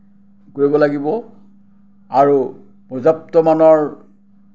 কৰিব লাগিব আৰু পৰ্যাপ্তমানৰ